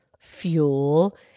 fuel